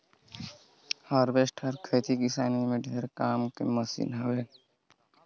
harvester हर खेती किसानी में ढेरे काम के मसीन हवे